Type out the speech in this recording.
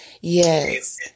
yes